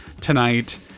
tonight